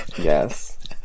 Yes